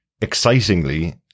excitingly